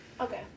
Okay